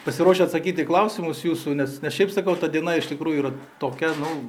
pasiruošę atsakyti į klausimus jūsų nes ne šiaip sakau ta diena iš tikrųjų yra tokia nu